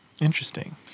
Interesting